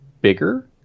bigger